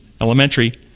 elementary